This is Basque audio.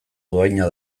dohaina